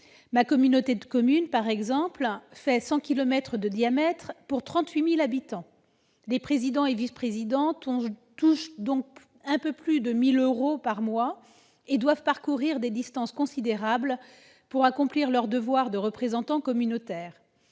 Ma communauté de communes, par exemple, a un diamètre de 100 kilomètres pour 38 000 habitants. Les président et vice-présidents touchent donc un peu plus de 1 000 euros par mois et doivent parcourir des distances considérables pour accomplir leur devoir de représentant communautaire.